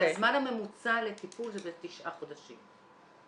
הזמן הממוצע לטיפול זה בתשעה חודשים.